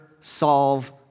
solve